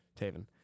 Taven